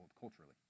culturally